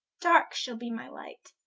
darke shall be my light,